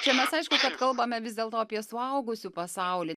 čia mes aišku kad kalbame vis dėlto apie suaugusiųjų pasaulį